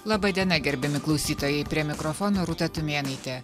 laba diena gerbiami klausytojai prie mikrofono rūta tumėnaitė